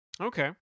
Okay